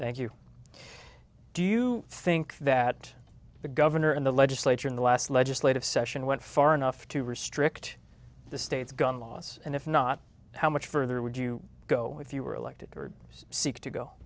thank you do you think that the governor and the legislature in the last legislative session went far enough to restrict the state's gun laws and if not how much further would you go if you were elected or seek to go